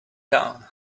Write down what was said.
down